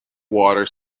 water